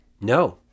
No